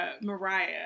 Mariah